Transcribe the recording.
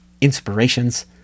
inspirations